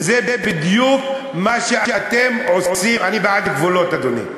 וזה בדיוק מה שאתם עושים, אני בעד גבולות, אדוני.